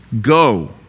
go